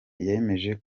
yemeje